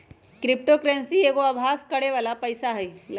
crypto currency एगो अभास करेके बला पइसा हइ